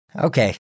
Okay